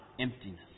emptiness